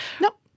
Nope